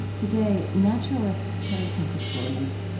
today, naturalist terry tempest williams.